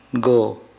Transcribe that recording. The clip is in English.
go